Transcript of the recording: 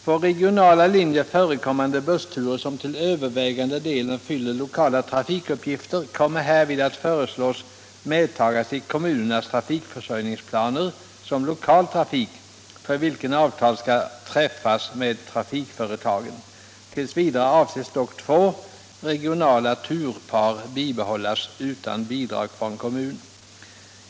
På regionala linjer förekommande bussturer, som till övervägande delen fyller lokala trafikuppgifter, kommer härvid att föreslås medtagas i kommunernas trafikförsörjningsplaner som lokal trafik, för vilken avtal skall träffas med trafikföretagen. Tills vidare avses dock två regionala turpar bibehållas utan bidrag från kommun.